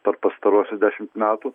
per pastaruosius dešimt metų